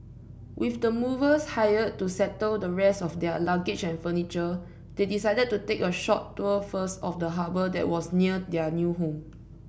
with the movers hired to settle the rest of their luggage and furniture they decided to take a short tour first of the harbour that was near their new home